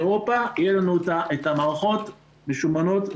אירופה יהיו לנו את המערכות משומנות,